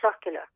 circular